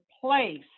place